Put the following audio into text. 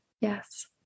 Yes